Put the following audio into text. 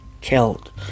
killed